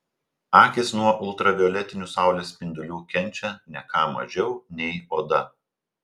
akys nuo ultravioletinių saulės spindulių kenčia ne ką mažiau nei oda